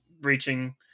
reaching